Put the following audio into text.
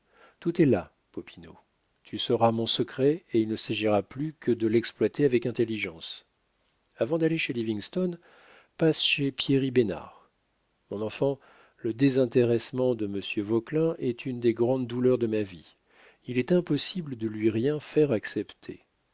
tout est là popinot tu sauras mon secret et il ne s'agira plus que de l'exploiter avec intelligence avant d'aller chez livingston passe chez pieri bénard mon enfant le désintéressement de monsieur vauquelin est une des grandes douleurs de ma vie il est impossible de lui rien faire accepter